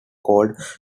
called